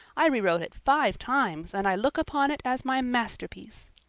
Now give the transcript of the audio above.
i rewrote it five times and i look upon it as my masterpiece.